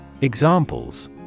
Examples